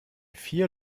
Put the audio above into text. vier